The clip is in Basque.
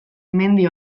mendi